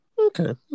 Okay